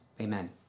Amen